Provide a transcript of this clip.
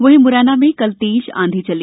वहीं मुरैना में कल तेज आंधी चली